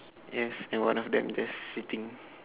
yes and one of them just sitting